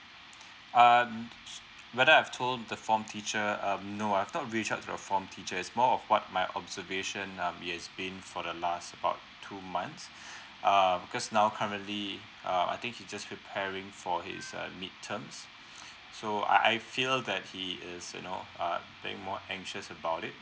um s~ whether I've told the form teacher um no I've not reach out to the form teacher is more of what my observation um he has been for the last about two months err cause now currently uh I think he just preparing for his uh mid terms so I I've feel that he is you know uh being more anxious about it